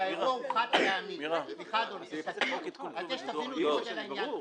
כשהאירוע הוא חד פעמי ------ אני רוצה שתבינו את גודל העניין,